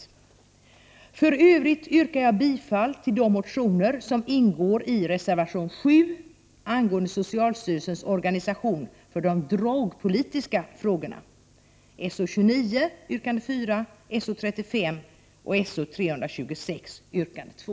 85 För övrigt yrkar jag bifall till de motioner som nämns i reservation 7 angående socialstyrelsens organisation för de drogpolitiska frågorna, nämligen §029 yrkande 4, S035 samt §0326 yrkande 2.